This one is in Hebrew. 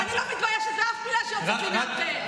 אני לא מתביישת באף מילה שיוצאת לי מהפה.